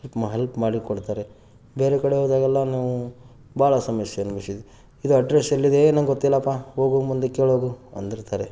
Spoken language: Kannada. ಮಾ ಹೆಲ್ಪ್ ಮಾಡಿ ಕೊಡ್ತಾರೆ ಬೇರೆ ಕಡೆ ಹೋದಾಗೆಲ್ಲ ನಾವು ಭಾಳ ಸಮಸ್ಯೆಯನ್ನು ಅನುಭವಿಸಿದ್ವಿ ಇದು ಅಡ್ರೆಸ್ ಎಲ್ಲಿದೆ ಏ ನಂಗೊತ್ತಿಲ್ಲಪ್ಪಾ ಹೋಗು ಮುಂದೆ ಕೇಳ್ಹೋಗು ಅಂದಿರ್ತಾರೆ